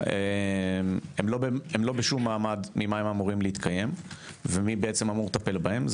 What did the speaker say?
הם והם לא בשום מעמד ממה אמורים להתקיים ומי אמור לטפל בהם?